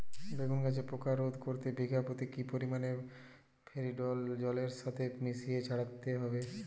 বেগুন গাছে পোকা রোধ করতে বিঘা পতি কি পরিমাণে ফেরিডোল জলের সাথে মিশিয়ে ছড়াতে হবে?